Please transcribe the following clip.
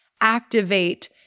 activate